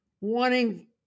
wanting